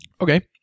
Okay